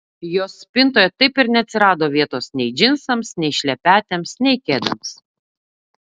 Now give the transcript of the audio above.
jos spintoje taip ir neatsirado vietos nei džinsams nei šlepetėms nei kedams